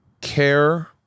care